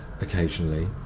occasionally